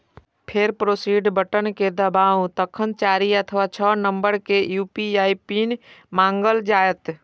फेर proceed button कें दबाउ, तखन चारि अथवा छह नंबर के यू.पी.आई पिन मांगल जायत